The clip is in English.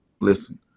listen